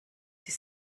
die